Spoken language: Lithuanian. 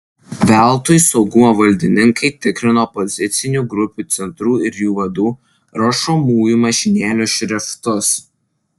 veltui saugumo valdininkai tikrino opozicinių grupių centrų ir jų vadų rašomųjų mašinėlių šriftus